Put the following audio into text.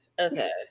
Okay